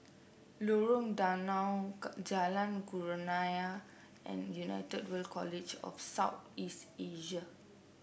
Lorong Danau Jalan Kurnia and United World College of South East Asia